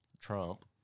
Trump